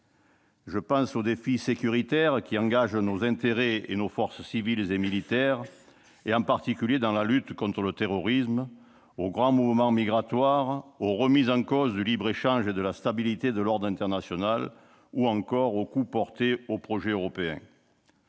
Je pense aux défis sécuritaires, qui engagent nos intérêts et nos forces civiles et militaires, en particulier dans la lutte contre le terrorisme. Je pense aux grands mouvements migratoires, aux remises en cause du libre-échange et de la stabilité de l'ordre international ou encore aux coups portés au projet européen.